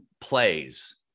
plays